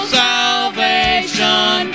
salvation